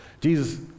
Jesus